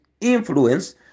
influence